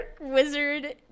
wizard